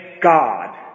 God